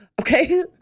okay